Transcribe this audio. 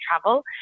travel